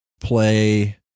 play